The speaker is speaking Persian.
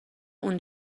اون